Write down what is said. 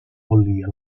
follia